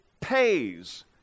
pays